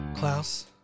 Klaus